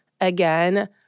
again